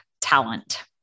talent